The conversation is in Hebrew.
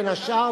בין השאר,